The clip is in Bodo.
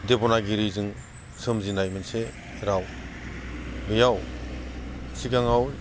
देबनागिरिजों सोमजिनाय मोनसे राव बेयाव सिगाङाव